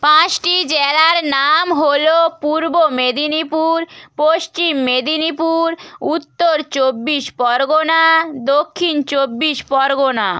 পাঁশটি জেলার নাম হলো পূর্ব মেদিনীপুর পশ্চিম মেদিনীপুর উত্তর চব্বিশ পরগনা দক্ষিণ চব্বিশ পরগনা